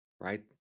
Right